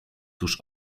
tuż